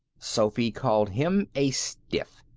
sophy called him a stiff.